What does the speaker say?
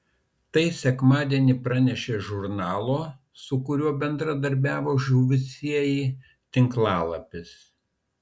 tai sekmadienį pranešė žurnalo su kuriuo bendradarbiavo žuvusieji tinklalapis